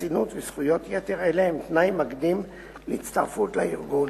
וחסינות וזכויות יתר אלה הן תנאי מקדים להצטרפות לארגון.